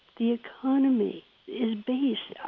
the economy is based, yeah